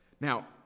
Now